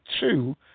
two